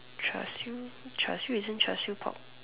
char-siew char-siew isn't char-siew pork